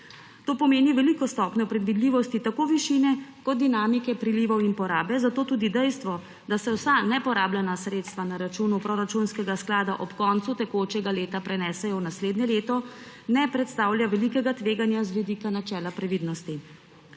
To pomeni veliko stopnjo predvidljivosti tako višine kot dinamike prilivov in porabe, zato tudi dejstvo, da se vsa neporabljena sredstva na računu proračunskega sklada ob koncu tekočega leta prenesejo v naslednje leto, ne predstavlja velikega tveganja z vidika načela previdnosti.